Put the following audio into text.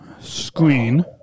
screen